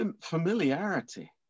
familiarity